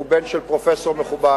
והוא בן של פרופסור מכובד.